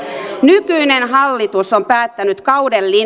nykyinen hallitus on päättänyt